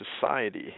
society